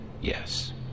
yes